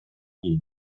кийин